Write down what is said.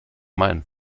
main